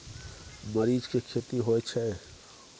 मरीच के खेती होय छय?